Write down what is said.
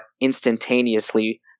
instantaneously